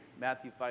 Matthew